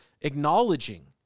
acknowledging